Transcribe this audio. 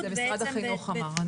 משרד החינוך אמר.